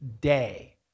day